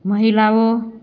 મહિલાઓ